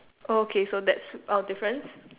okay so that's our difference